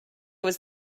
was